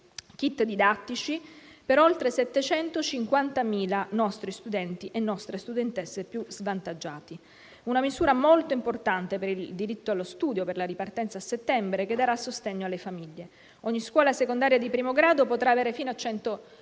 *kit* didattici per oltre 750.000 nostri studenti e nostre studentesse più svantaggiati: una misura molto importante per il diritto allo studio e per la ripartenza a settembre che darà sostegno alle famiglie. Ogni scuola secondaria di primo grado potrà avere fino a 100.000